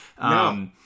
No